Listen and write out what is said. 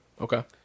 Okay